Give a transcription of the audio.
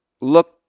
Look